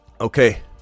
okay